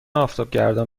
آفتابگردان